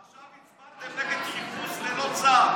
עכשיו הצבעתם נגד חיפוש ללא צו.